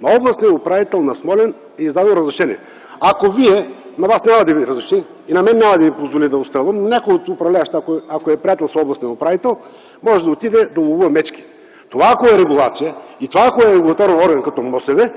на областния управител на Смолян е издадено разрешение за отстрел на две мечки? На Вас няма да разреши и на мен няма да ми позволи да отстрелвам, но някой от управляващите, ако е приятел с областния управител, може да отиде да ловува мечки. Това ако е регулация и това ако е регулаторен орган - като МОСВ,